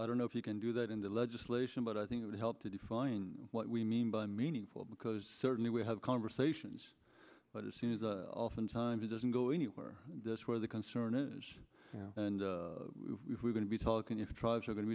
i don't know if you can do that in the legislation but i think it would help to define what we mean by meaningful because certainly we have conversations but it seems oftentimes it doesn't go anywhere this where the concern is and if we're going to be talking if tribes are going to